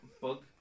Bug